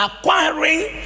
acquiring